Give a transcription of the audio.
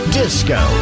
disco